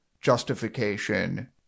justification